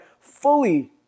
fully